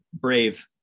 brave